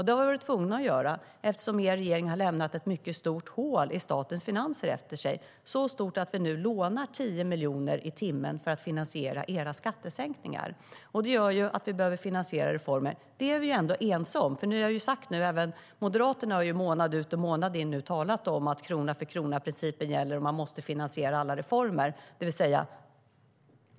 Det har vi varit tvungna att göra, eftersom er regering har lämnat ett mycket stort hål i statens finanser efter sig. Det är så stort att vi nu lånar 10 miljoner i timmen för att finansiera era skattesänkningar. Det gör att vi behöver finansiera reformer. Det är vi ändå ense om. Även Moderaterna har ju månad ut och månad in talat om att kronaförkrona-principen gäller och att man måste finansiera alla reformer.